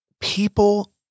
people